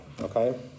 okay